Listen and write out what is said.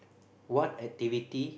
what activity